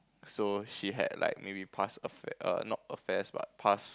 so she had like maybe past affair err not affairs but past